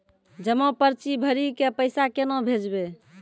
जमा पर्ची भरी के पैसा केना भेजबे?